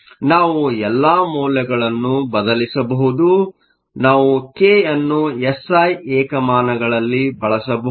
ಆದ್ದರಿಂದ ನಾವು ಎಲ್ಲಾ ಮೌಲ್ಯಗಳನ್ನು ಬದಲಿಸಬಹುದು ನಾವು ಕೆ ಅನ್ನು ಎಸ್ ಐ ಏಕಮಾನಗಳಲ್ಲಿ ಬಳಸಬಹುದು